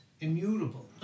immutable